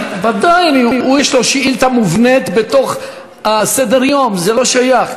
יש לו שאילתה מובנית בתוך סדר-היום, זה לא שייך.